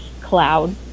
cloud